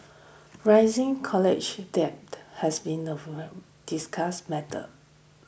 rising college debt has been a discussed matter